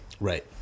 Right